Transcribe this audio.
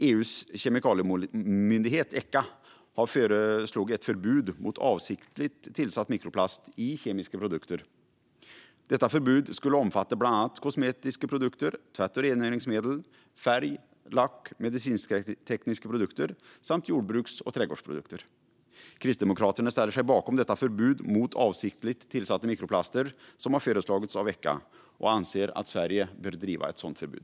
EU:s kemikaliemyndighet Echa har föreslagit ett förbud mot avsiktligt tillsatt mikroplast i kemiska produkter. Detta förbud skulle omfatta bland annat kosmetiska produkter, tvätt och rengöringsmedel, färg och lack, medicinsktekniska produkter samt jordbruks och trädgårdsprodukter. Kristdemokraterna ställer sig bakom det förbud mot avsiktligt tillsatta mikroplaster som Echa har föreslagit och anser att Sverige bör driva på för ett sådant förbud.